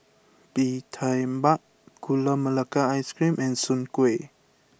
Bee Tai Mak Gula Melaka Ice Cream and Soon Kway